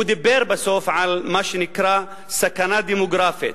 הוא דיבר בסוף על מה שנקרא "סכנה דמוגרפית".